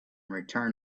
return